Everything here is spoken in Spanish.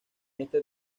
este